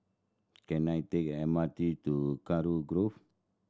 can I take M R T to Kurau Grove